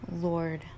lord